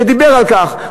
שדיבר על כך,